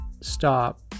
stop